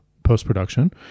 post-production